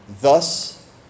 Thus